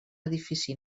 edifici